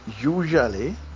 usually